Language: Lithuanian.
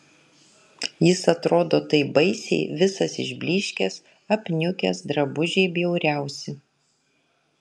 jis atrodo taip baisiai visas išblyškęs apniukęs drabužiai bjauriausi